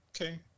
Okay